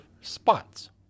spots